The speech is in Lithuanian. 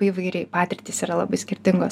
įvairiai patirtys yra labai skirtingos